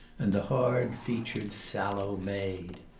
and the hard-featured, sallow maid.